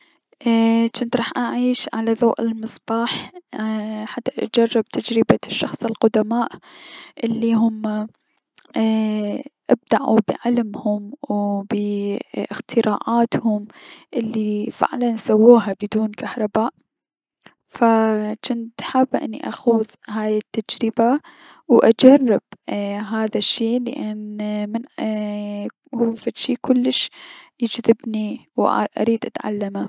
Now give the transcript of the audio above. ايي- جنت راح اعيش على ضوء المصباح، ايي- حتى اجرب تجربة الشخص القدماء الي هم ايي- ابدعوا بعلمهم و بأختراعاتهم الي فعلا سووها بدون كهرباء، فجنت حابة انو اخوض هذي التجربة و اجرب اي هذا الشي لأن ايي- من هو فد شي كلش يجذبني اي- و اريد اتعلمه.